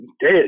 dead